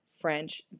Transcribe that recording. French